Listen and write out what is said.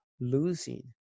losing